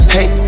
Hey